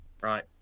Right